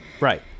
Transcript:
Right